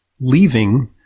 leaving